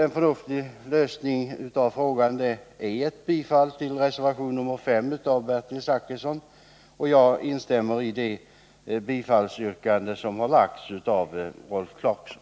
En förnuftig lösning av frågan är ett bifall till reservation nr 5 av Bertil Zachrisson m.fl., och jag instämmer i det yrkande om bifall till denna reservation som har framställts av Rolf Clarkson.